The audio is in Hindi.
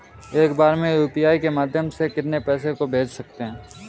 एक बार में यू.पी.आई के माध्यम से कितने पैसे को भेज सकते हैं?